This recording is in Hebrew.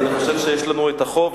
אז אני חושב שיש לנו החוב,